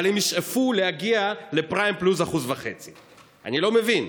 אבל הם ישאפו להגיע לפריים פלוס 1.5%. אני לא מבין,